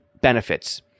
benefits